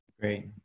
Great